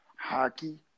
hockey